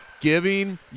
Giving